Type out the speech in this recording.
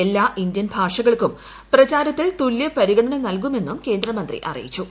എല്ലാ ഇന്ത്യൻ ഭാഷകൾക്കും പ്രചാരത്തിൽ തുല്യ പരിഗണന നൽകുമെന്നും കേന്ദ്ര മന്ത്രി അറിയിച്ചു